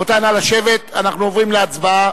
רבותי, נא לשבת, אנחנו עוברים להצבעה.